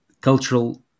cultural